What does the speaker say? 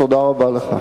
תודה רבה לך.